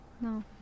No